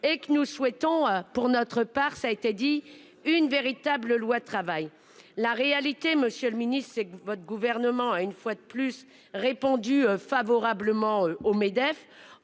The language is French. et que nous souhaitons pour notre part, ça a été dit une véritable loi travail la réalité. Monsieur le Ministre, c'est votre gouvernement a une fois de plus répondu favorablement au MEDEF